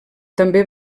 també